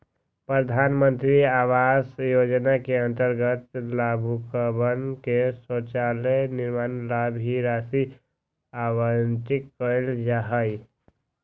प्रधान मंत्री आवास योजना के अंतर्गत लाभुकवन के शौचालय निर्माण ला भी राशि आवंटित कइल जाहई